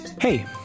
Hey